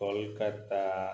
Kolkata